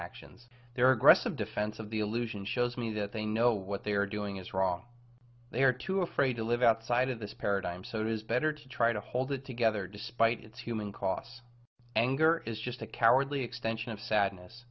inactions their aggressive defense of the illusion shows me that they know what they're doing is wrong they are too afraid to live outside of this paradigm so it is better to try to hold it together despite its human costs anger is just a cowardly